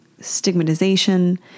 stigmatization